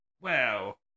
Wow